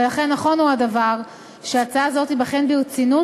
ולכן נכון הדבר שהצעה זו תיבחן ברצינות,